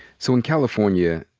so in california,